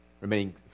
remaining